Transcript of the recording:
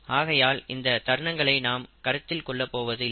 ஆகையால் இந்த தருணங்களை நாம் கருத்தில் கொள்ளப் போவதில்லை